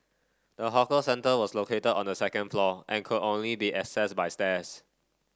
the hawker centre was located on the second floor and could only be access by stairs